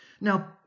Now